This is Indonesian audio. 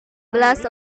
belas